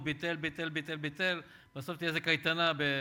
לא, לתנאים ולשכר, לא לא, את לא מקשיבה גם.